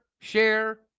share